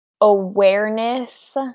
awareness